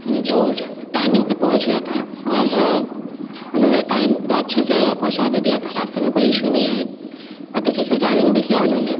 जो टाइमिंग पर पहुंच गया था और उन्होंने टाइम पर अच्छे से पहुंचा भी दिया था रास्ते में कोई ईशू नहीं आई बहुत अच्छे से ड्राइविंग भी किया उन्होंने